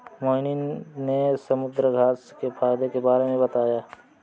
मोहिनी ने समुद्रघास्य के फ़ायदे के बारे में बताया